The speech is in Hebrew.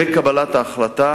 בקבלת ההחלטה